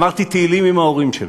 אמרתי תהילים עם ההורים שלו.